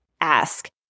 ask